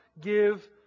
give